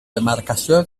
demarcació